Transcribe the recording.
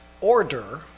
order